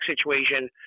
situation